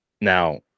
Now